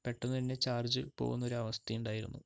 പെട്ടെന്ന് തന്നെ ചാർജ് പോകുന്നൊരു അവസ്ഥ ഉണ്ടായിരുന്നു